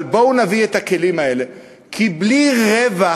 אבל בואו נביא את הכלים האלה, כי בלי רווח